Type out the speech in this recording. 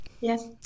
yes